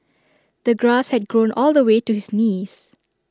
the grass had grown all the way to his knees